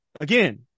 Again